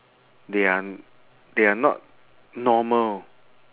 they are they are not normal